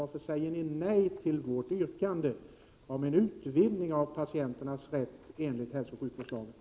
Varför säger ni nej till vårt yrkande om en utvidgning av patienternas rätt enligt hälsooch sjukvårdslagen?